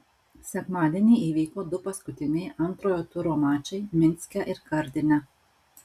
sekmadienį įvyko du paskutiniai antrojo turo mačai minske ir gardine